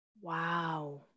Wow